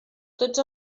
tots